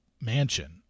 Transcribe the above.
mansion